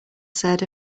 said